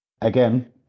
again